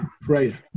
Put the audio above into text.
Prayer